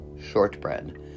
shortbread